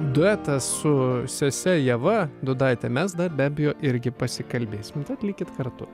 duetą su sese ieva dūdaite mes be abejo irgi pasikalbėsim likit kartu